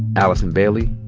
allison bailey,